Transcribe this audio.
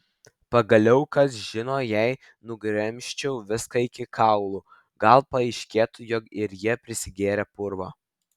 pagaliau kas žino jei nugremžčiau viską iki kaulų gal paaiškėtų jog ir jie prisigėrę purvo